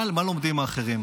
מה לומדים האחרים?